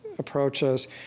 approaches